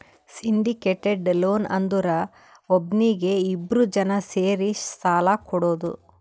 syndicated loan ಅಂದುರ್ ಒಬ್ನೀಗಿ ಇಬ್ರು ಜನಾ ಸೇರಿ ಸಾಲಾ ಕೊಡೋದು